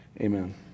Amen